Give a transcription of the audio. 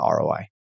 ROI